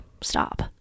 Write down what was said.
stop